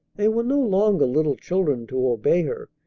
they were no longer little children to obey her.